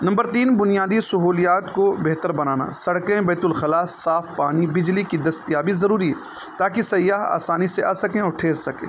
number تین بنیادی سہولیات کو بہتر بنانا سڑکیں بیت الخلاء صاف پانی بجلی کی دستیابی ضروری ہے تاکہ سیاح آسانی سے آ سکیں اور ٹھہر سکیں